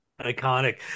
Iconic